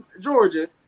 Georgia